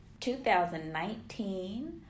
2019